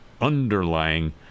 underlying